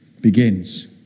begins